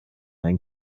einen